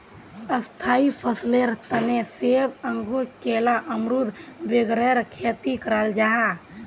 स्थाई फसलेर तने सेब, अंगूर, केला, अमरुद वगैरह खेती कराल जाहा